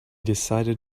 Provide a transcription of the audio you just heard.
decided